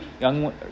young